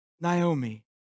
Naomi